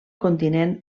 continent